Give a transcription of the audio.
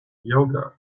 yoga